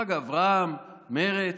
דרך אגב, רע"מ, מרצ,